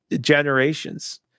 generations